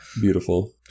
Beautiful